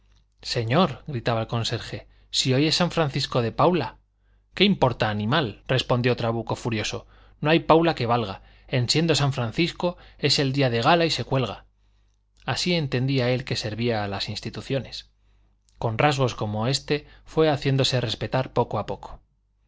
señor gritaba el conserje si hoy es san francisco de paula qué importa animal respondió trabuco furioso no hay paula que valga en siendo san francisco es día de gala y se cuelga así entendía él que servía a las instituciones con rasgos como este fue haciéndose respetar poco a poco